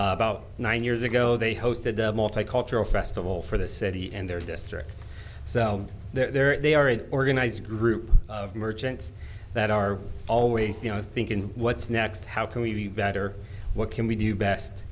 about nine years ago they hosted a multicultural festival for the city and their district so there they are an organized group of merchants that are always you know thinking what's next how can we better what can we do best